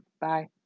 Bye